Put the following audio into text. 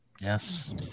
Yes